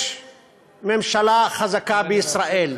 יש ממשלה חזקה בישראל.